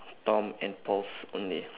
tom and paul's only